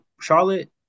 Charlotte